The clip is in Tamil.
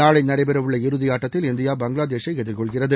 நாளை நடைபெறவுள்ள இறுதியாட்டத்தில் இந்தியா பங்களாதேஷை எதிர்கொள்கிறது